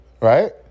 right